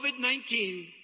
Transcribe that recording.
COVID-19